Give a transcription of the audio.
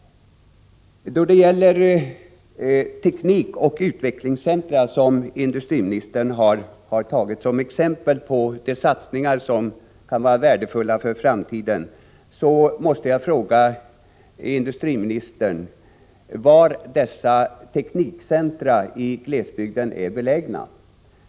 Industriministern tog teknikoch utvecklingscentra som exempel på de satsningar som kan vara värdefulla för framtiden. Jag måste fråga industriministern: Var finns dessa teknikcentra i glesbygden?